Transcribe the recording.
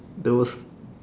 those